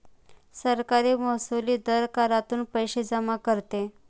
सरकार महसुली दर करातून पैसे जमा करते